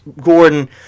Gordon